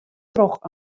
troch